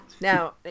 now